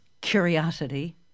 curiosity